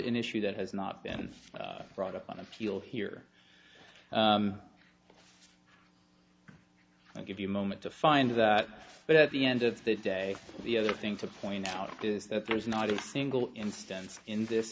initially that has not been brought up on appeal here i'll give you a moment to find that but at the end of the day the other thing to point out is that there is not a single instance in this